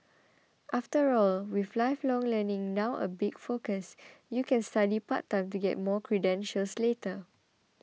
after all with lifelong learning now a big focus you can study part time to get more credentials later